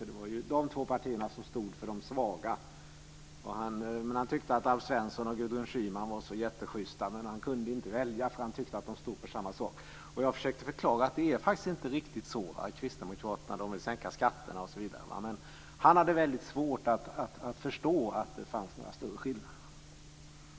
Det var de två partierna som stod för de svaga. Han tyckte att Alf Svensson och Gudrun Schyman var så jätteschysta, men han kunde inte välja för han tyckte att de stod för samma sak. Jag försökte förklara att det faktiskt inte riktigt var så. Kristdemokraterna vill sänka skatterna osv. Men han hade svårt att förstå att det fanns några större skillnader.